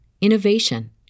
innovation